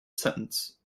sentence